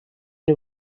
n’i